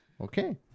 okay